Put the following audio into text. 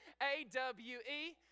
A-W-E